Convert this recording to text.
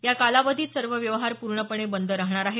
या कालावधीत सर्व व्यवहार पूर्णपणे बंद राहणार आहेत